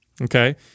Okay